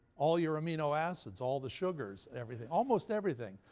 all your amino acids, all the sugars, everything almost everything.